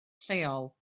lleol